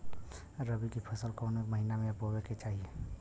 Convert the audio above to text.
रबी की फसल कौने महिना में बोवे के चाही?